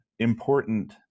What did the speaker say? important